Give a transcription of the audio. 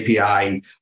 API